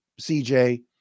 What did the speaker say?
CJ